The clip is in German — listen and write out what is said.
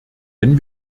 wenn